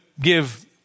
give